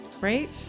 right